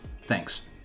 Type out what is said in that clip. Thanks